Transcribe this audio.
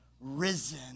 risen